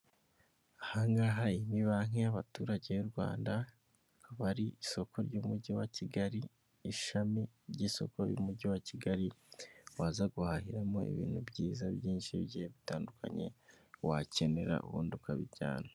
Aha ngaha ni banki y'abaturage b'u Rwanda bari isoko ry'umujyi wa Kigali ishami ry'isoko ry'umujyi wa Kigali waza guhahiramo ibintu byiza byinshi bigiye bitandukanye wakenera ubundi ukabijyana.